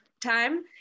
time